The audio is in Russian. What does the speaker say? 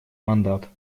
мандат